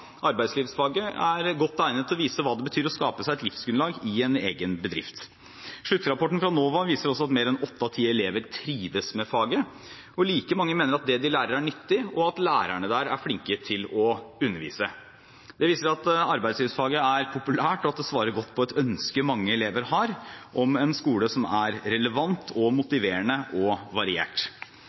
Arbeidslivsfaget er godt egnet til å vise hva det betyr å skape seg et livsgrunnlag i en egen bedrift. Sluttrapporten fra NOVA viser også at mer en åtte av ti elever trives med faget. Like mange mener at det de lærer, er nyttig, og at lærerne er flinke til å undervise. Det viser at arbeidslivsfaget er populært, og at det svarer godt på et ønske mange elever har om en skole som er relevant, motiverende og variert.